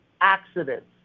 accidents